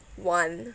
one